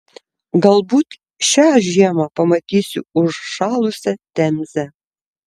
galbūt šią žiemą pamatysiu užšalusią temzę